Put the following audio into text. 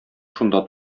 шунда